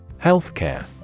Healthcare